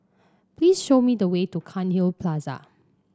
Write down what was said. please show me the way to Cairnhill Plaza